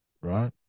Right